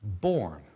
born